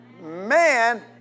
Man